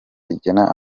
rigena